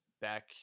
back